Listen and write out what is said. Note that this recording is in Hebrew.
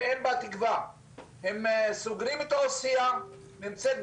אני ערוך ומוכן עם תוכניות רק צריך תקציב.